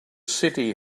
city